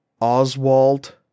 Oswald